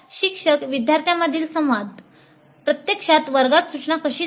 शिक्षक विद्यार्थ्यांमधील संवादः प्रत्यक्षात वर्गात सुचना कशी झाली